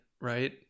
right